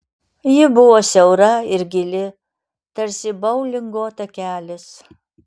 ji buvo siaura ir gili tarsi boulingo takelis